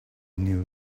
new